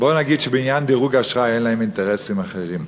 בוא נגיד שבעניין דירוג האשראי אין להם אינטרסים אחרים.